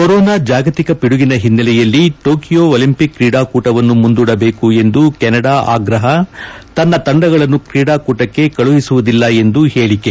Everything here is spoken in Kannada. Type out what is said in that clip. ಕೊರೋನಾ ಜಾಗತಿಕ ಪಿಡುಗಿನ ಹಿನ್ನೆಲೆಯಲ್ಲಿ ಟೊಕಿಯೋ ಒಲಿಂಪಿಕ್ ಕ್ರೀಡಾಕೂಟವನ್ನು ಮುಂದೂಡಬೇಕು ಎಂದು ಕೆನಡಾ ಆಗ್ರಪ ತನ್ನ ತಂಡಗಳನ್ನು ತ್ರೀಡಾಕೂಟಕ್ಕೆ ಕಳುಹಿಸುವುದಿಲ್ಲ ಎಂದು ಹೇಳೆ